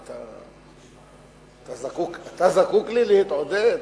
אתה זקוק לי להתעודד?